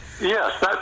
Yes